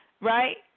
Right